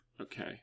okay